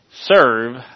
serve